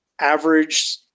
average